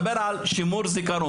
אתה מדבר על שימור זיכרון,